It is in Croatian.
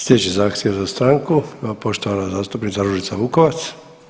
Slijedeći zahtjev za stanku poštovana zastupnica Ružica Vukovac.